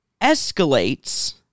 escalates